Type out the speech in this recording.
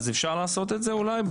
אז אפשר לעשות את זה אולי,